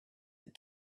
that